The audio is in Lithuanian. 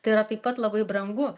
tai yra taip pat labai brangu